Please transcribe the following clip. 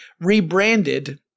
rebranded